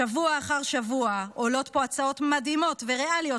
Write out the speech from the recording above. שבוע אחר שבוע עולות פה הצעות מדהימות וריאליות